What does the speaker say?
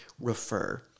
refer